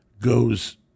goes